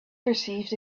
perceived